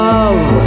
Love